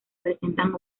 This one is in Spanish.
presentan